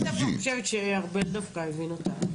אני חושבת שארבל דווקא הבין את ההצעה.